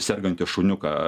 sergantį šuniuką